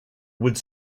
would